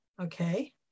okay